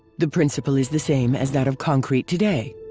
the principle is the same as that of concrete today.